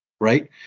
right